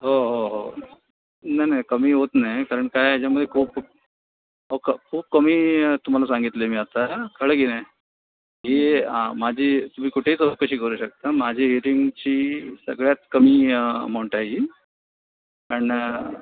हो हो हो नाही नाही कमी होत नाही कारण काय याच्यामध्ये खूप खूप अहो क खूप कमी तुम्हाला सांगितले मी आता कळलं की नाही ही माझी तुम्ही कुठेही चौकशी करू शकता माझी हिअरिंगची सगळ्यात कमी अमाऊंट आहे ही कारण